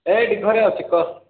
ଏଇଠି ଘରେ ଅଛି କହ